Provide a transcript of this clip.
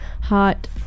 hot